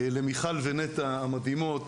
למיכל ונטע המדהימות,